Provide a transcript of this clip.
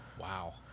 Wow